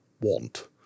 want